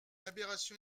aberration